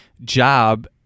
job